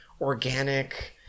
organic